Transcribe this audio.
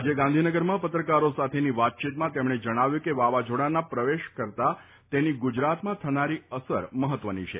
આજે ગાંધીનગરમાં પત્રકારો સાથેની વાતચીતમાં તેમણે જણાવ્યું છે કે વાવાઝોડાના પ્રવેશ કરતાં તેની ગુજરાતમાં થનારી અસર મહત્વની છે